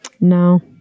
No